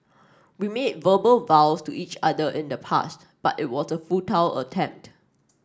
we made verbal vows to each other in the past but it was a futile attempt